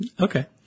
Okay